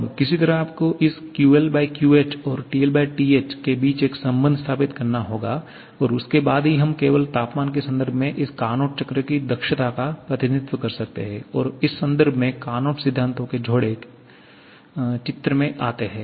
अब किसी तरह आपको इस QLQH और TL TH के बीच एक संबंध स्थापित करना होगा और उसके बाद ही हम केवल तापमान के संदर्भ में इस कार्नोट चक्र की दक्षता का प्रतिनिधित्व कर सकते हैं और इस संदर्भ में कार्नोट सिद्धांतों के जोड़े चित्र में आते हैं